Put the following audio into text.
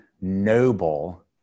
noble